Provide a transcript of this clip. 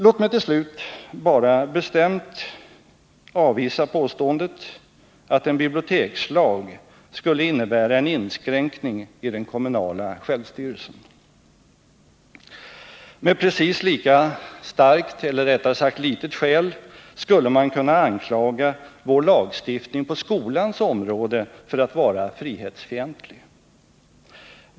Låt mig till slut bara bestämt avvisa påståendet att en bibliotekslag skulle innebära en inskränkning i den kommunala självstyrelsen. Med precis lika starkt, eller rättare sagt lika litet, skäl skulle man kunna anklaga vår lagstiftning på skolans område för att vara frihetsfientlig.